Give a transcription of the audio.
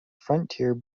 frontier